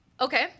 Okay